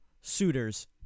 suitors